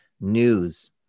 news